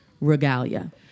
regalia